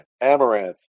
Amaranth